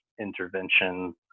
interventions